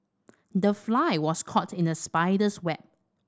the fly was caught in the spider's web